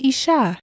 Isha